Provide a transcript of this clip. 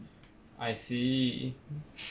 I see